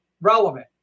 relevant